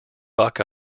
buck